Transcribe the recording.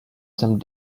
some